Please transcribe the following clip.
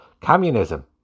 communism